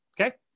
Okay